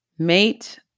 mate